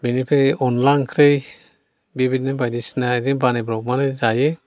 बिनिफ्राय अनद्ला ओंख्रि बेबायदि बायदि सिना बिबादिनो बानायब्रबनानै जायो